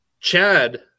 Chad